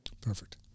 Perfect